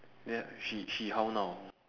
then she she how now